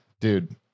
dude